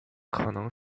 可能